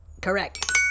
Correct